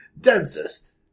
densest